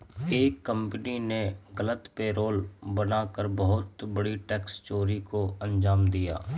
एक कंपनी ने गलत पेरोल बना कर बहुत बड़ी टैक्स चोरी को अंजाम दिया